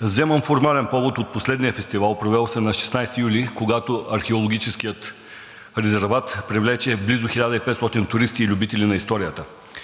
Вземам формален повод от последния фестивал, провел се на 16 юли, когато археологическият резерват привлече близо 1500 туристи и любители на историята.